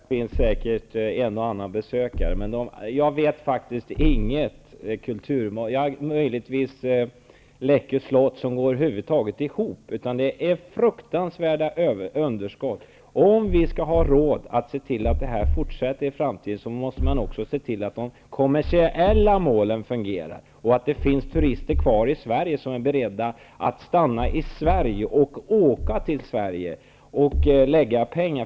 Herr talman! Jag vet att de kulturella sevärdheterna har en och annan besökare. Men jag känner inte till någon sådan -- förutom möjligen Läckö slott -- som över huvud taget går ihop. Det rör sig om fruktansvärda underskott. Om vi skall ha råd att fortsätta med sådan verksamhet i framtiden, måste vi också se till att de kommersiella målen fungerar och att det finns svenska turister som är beredda att stanna i Sverige och utländska turister som är beredda att åka till Sverige och använda pengar.